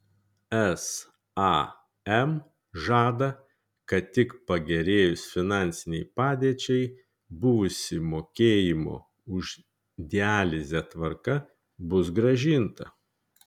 sam žada kad tik pagerėjus finansinei padėčiai buvusi mokėjimo už dializę tvarka bus grąžinta